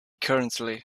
currently